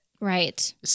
Right